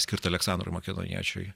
skirta aleksandrui makedoniečiui